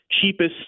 cheapest